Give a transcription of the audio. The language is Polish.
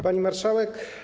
Pani Marszałek!